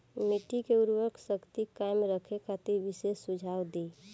मिट्टी के उर्वरा शक्ति कायम रखे खातिर विशेष सुझाव दी?